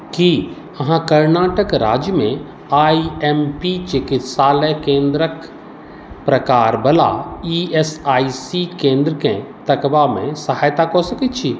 कीअहाँ कर्नाटक राज्यमे I M P चिकित्सालय केन्द्रक प्रकारवला ई एस आई सी केन्द्रकेँ तकबामे सहायता कऽ सकैत छी